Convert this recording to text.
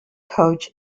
coach